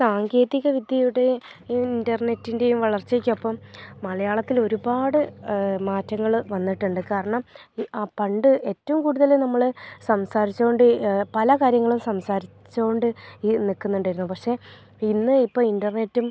സാങ്കേതികവിദ്യയുടെ ഇൻ്റർനെറ്റിൻ്റെയും വളർച്ചയ്ക്കൊപ്പം മലയാളത്തിൽ ഒരുപാട് മാറ്റങ്ങൾ വന്നിട്ടുണ്ട് കാരണം ഈ ആ പണ്ട് എറ്റവും കൂടുതൽ നമ്മൾ സംസാരിച്ചു കൊണ്ട് പല കാര്യങ്ങളും സംസാരിച്ചു കൊണ്ട് ഈ നിൽക്കുന്നുണ്ടായിരുന്നു പഷേ ഇന്ന് ഇപ്പം ഇൻ്റർനെറ്റും